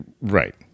Right